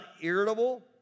irritable